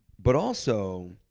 but also,